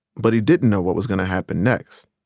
but he didn't know what was gonna happen next.